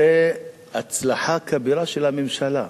זו הצלחה כבירה של הממשלה,